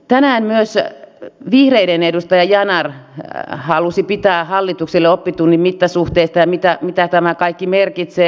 tänään myös vihreiden edustaja yanar halusi pitää hallitukselle oppitunnin mittasuhteista ja siitä mitä tämä kaikki merkitsee